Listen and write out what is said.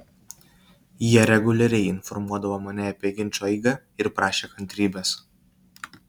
jie reguliariai informuodavo mane apie ginčo eigą ir prašė kantrybės